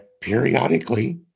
periodically